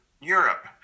europe